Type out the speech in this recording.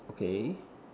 okay